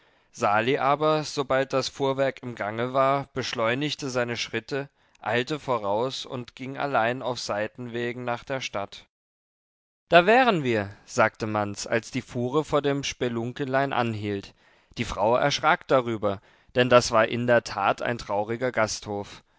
sali aber sobald das fuhrwerk im gange war beschleunigte seine schritte eilte voraus und ging allein auf seitenwegen nach der stadt da wären wir sagte manz als die fuhre vor dem spelunkelein anhielt die frau erschrak darüber denn das war in der tat ein trauriger gasthof